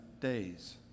days